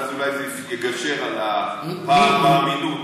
ואז אולי זה יגשר על הפער באמינות.